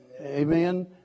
Amen